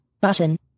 button